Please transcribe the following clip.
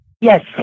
Yes